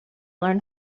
learn